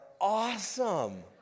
awesome